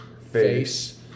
face